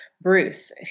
Bruce